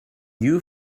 you